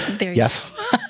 Yes